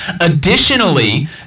Additionally